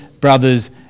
brothers